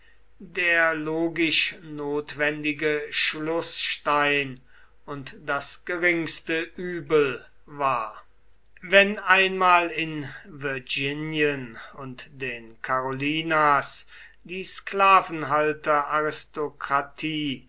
der logisch notwendige schlußstein und das geringste übel war wenn einmal in virginien und den carolinas die